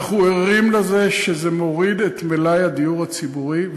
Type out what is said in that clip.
אנחנו ערים לזה שזה מוריד את מלאי הדיור הציבורי,